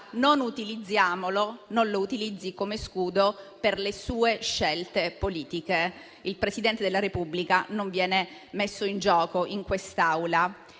non utilizziamolo; non lo utilizzi come scudo per le sue scelte politiche. Il Presidente della Repubblica non viene messo in gioco in quest'Aula.